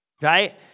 right